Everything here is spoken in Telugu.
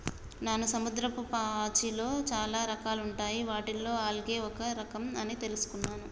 నాను సముద్రపు పాచిలో చాలా రకాలుంటాయి వాటిలో ఆల్గే ఒక రఖం అని తెలుసుకున్నాను